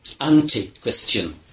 anti-Christian